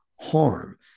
harm